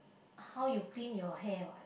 how you clean your hair what